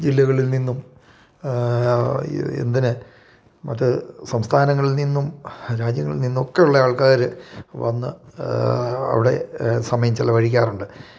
ജില്ലകളിൽ നിന്നും എന്തിന് മറ്റ് സംസ്ഥാനങ്ങളിൽ നിന്നും രാജ്യങ്ങളിൽ നിന്നു ഒക്കെ ഉള്ള ആൾക്കാർ വന്ന് അവിടെ സമയം ചിലവഴിക്കാറുണ്ട്